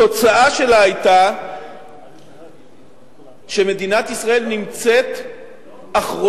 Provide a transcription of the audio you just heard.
התוצאה שלה היתה שמדינת ישראל נמצאת אחרונה,